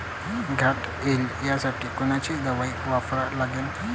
घाटे अळी साठी कोनची दवाई वापरा लागन?